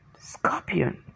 scorpion